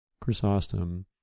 Chrysostom